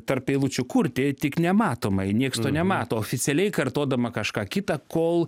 tarp eilučių kurti tik nematomai nieks to nemato oficialiai kartodama kažką kitą kol